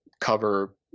cover